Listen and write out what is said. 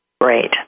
great